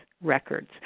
records